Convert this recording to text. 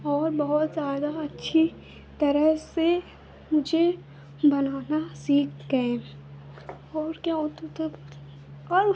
और बहुत ज़्यादा अच्छी तरह से मुझे बनाना सीख गए और क्या होता था और